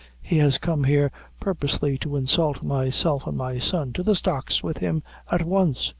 he has come here purposely to insult myself and my son. to the stocks with him at once.